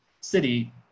city